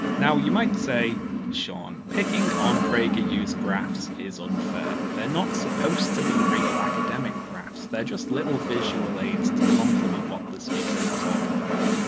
now, you might say shaun, picking on prageru's graphs is unfair. they're not supposed to be real, academic graphs. they're just little visual aids, to compliment, what the speaker is talking about.